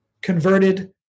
converted